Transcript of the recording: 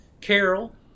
carol